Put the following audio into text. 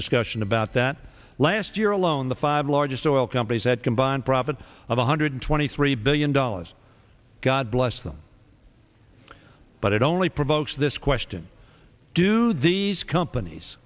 discussion about that last year alone the five largest oil companies that combined profit of one hundred twenty three billion dollars god bless them but it only provokes this question do these companies